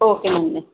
okay అండి